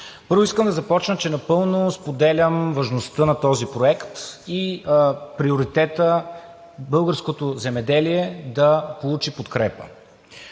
Първо, искам да започна, че напълно споделям важността на този проект и приоритета българското земеделие да получи подкрепа.